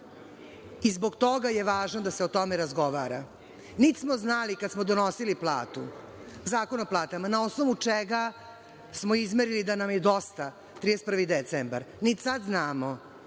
i zbog toga je važno da se o tome razgovara. Niti smo znali kada smo donosili platu, Zakon o platama, na osnovu čega smo izmerili da nam je dosta 31. decembar, niti sada znamo